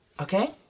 Okay